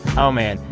oh, man.